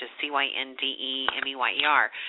C-Y-N-D-E-M-E-Y-E-R